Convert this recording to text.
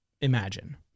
imagine